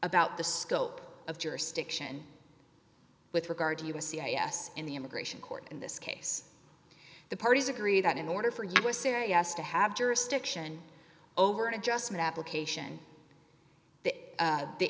about the scope of jurisdiction with regard to a c i s in the immigration court in this case the parties agree that in order for you are serious to have jurisdiction over an adjustment application that the